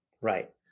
Right